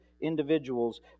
individuals